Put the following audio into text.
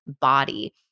body